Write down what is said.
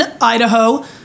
Idaho